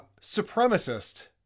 Supremacist